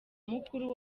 mukuru